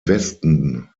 westen